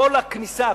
כל הכניסה,